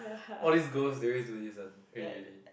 all these girls they always do this one really really